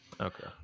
Okay